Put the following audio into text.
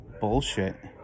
bullshit